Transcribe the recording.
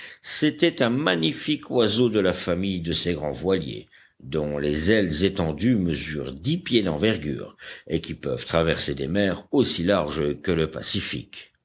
c'était un magnifique oiseau de la famille de ces grands voiliers dont les ailes étendues mesurent dix pieds d'envergure et qui peuvent traverser des mers aussi larges que le pacifique